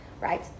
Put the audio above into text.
right